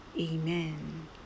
amen